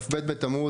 כ"ב בתמוז,